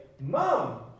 Mom